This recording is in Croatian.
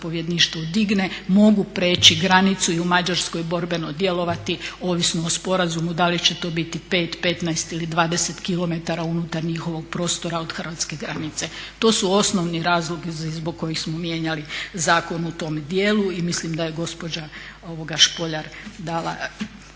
digne mogu prijeći granicu i u Mađarskoj borbeno djelovati ovisno o sporazumu da li će to biti 5, 15 ili 20km unutar njihovog prostora od hrvatske granice. To su osnovni razlozi zbog kojih smo mijenjali zakon u tom dijelu i mislim da je gospođa Špoljar dala